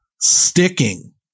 sticking